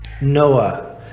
Noah